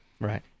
Right